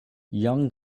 young